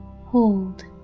Hold